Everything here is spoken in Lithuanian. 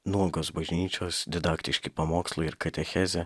nuogos bažnyčios didaktiški pamokslai ir katechezė